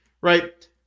Right